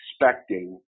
expecting